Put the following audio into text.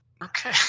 Okay